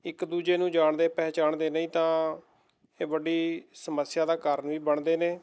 ਇੱਕ ਦੂਜੇ ਨੂੰ ਜਾਣਦੇ ਪਹਿਚਾਣਦੇ ਨਹੀਂ ਤਾਂ ਇਹ ਵੱਡੀ ਸਮੱਸਿਆ ਦਾ ਕਾਰਨ ਵੀ ਬਣਦੇ ਨੇ